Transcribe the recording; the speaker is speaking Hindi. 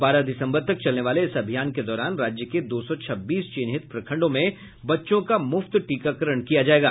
बारह दिसंबर तक चलने वाले इस अभियान के दौरान राज्य के दो सौ छब्बीस चिन्हित प्रखंडों में बच्चों का मुफ्त टीकाकरण किया जाएगा